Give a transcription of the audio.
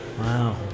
Wow